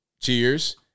Cheers